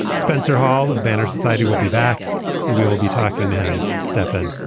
spencer hall of banner society will be back and we will be talking to him, stefan,